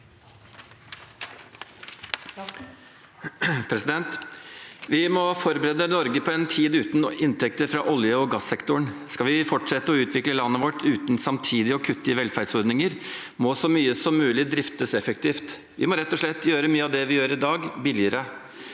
Vi må forberede Nor- ge på en tid uten inntekter fra olje- og gassektoren. Skal vi fortsette å utvikle landet vårt uten samtidig å kutte i velferdsordninger, må så mye som mulig driftes effektivt. Vi må rett og slett gjøre mye av det vi gjør i dag, billigere.